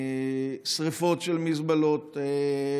שרפות של מזבלות,